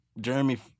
Jeremy